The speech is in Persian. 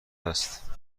است